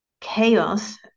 chaos